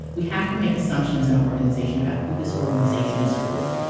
we have to make assumptions in an organization about who this organization is for,